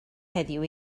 heddiw